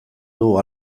dugu